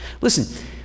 Listen